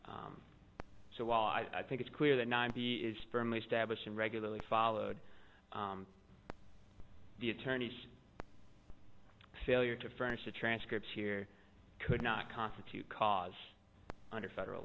so i think it's clear that ninety is firmly established and regularly followed the attorney's failure to furnish the transcripts here could not constitute cause under federal